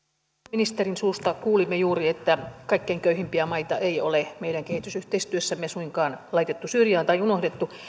ministerin suusta kuulimme juuri että kaikkein köyhimpiä maita ei ole meidän kehitysyhteistyössämme suinkaan laitettu syrjään tai unohdettu